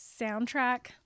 Soundtrack